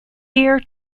gear